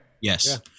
yes